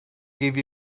give